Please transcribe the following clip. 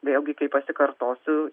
vėlgi kaip pasikartosiu